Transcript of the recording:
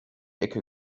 ecke